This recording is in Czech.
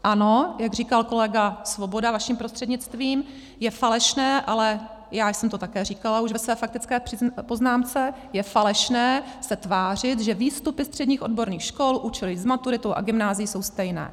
Ano, jak říkal kolega Svoboda vaším prostřednictvím, je falešné, ale já jsem to také říkala už ve své faktické poznámce, je falešné se tvářit, že výstupy středních odborných škol, učilišť s maturitou a gymnázií jsou stejné.